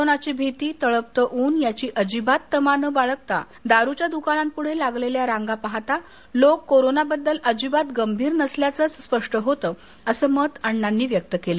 कोरोनाची भिती तळपतं ऊन याची आजिबात तमा न बाळगता दारूच्या दुकानांपुढे लागलेल्या रांगा पाहता लोक कोरोनाबद्दल आजिबात गंभीर नसल्याचं स्पष्ट होत अस मत अण्णांनी व्यक्त केलं